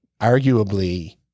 arguably